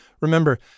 Remember